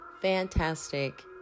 fantastic